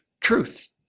truth